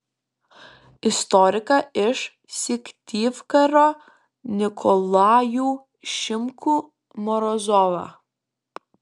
istoriką iš syktyvkaro nikolajų šimkų morozovą